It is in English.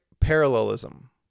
parallelism